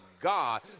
God